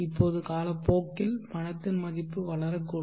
இப்போது காலப்போக்கில் பணத்தின் மதிப்பு வளரக்கூடும்